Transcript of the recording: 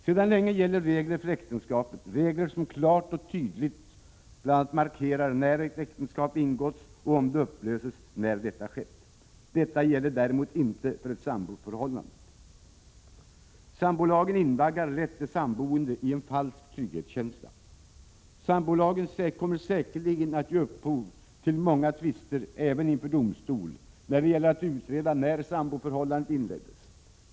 Sedan länge gäller regler för äktenskapet — regler som klart och tydligt bl.a. markerar när ett äktenskap ingåtts och, om det upplöses, när detta skett. Detta gäller däremot inte för ett samboförhållande. Lagförslaget invaggar lätt de samboende i en falsk trygghetskänsla. Sambolagen kommer säkerligen att ge upphov till många tvister även inför domstol, där det gäller att utreda när samboförhållandet inleddes.